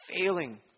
failing